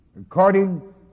according